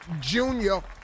Junior